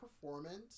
performance